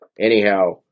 Anyhow